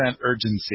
urgency